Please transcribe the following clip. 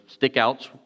stickouts